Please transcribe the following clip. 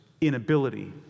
inability